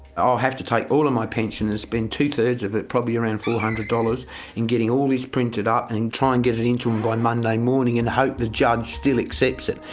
i'll have to take all of my pension and spend two thirds of it probably around four hundred dollars in getting all these printed up and try and get it into em by monday morning and hope the judge still accepts it.